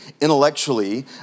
intellectually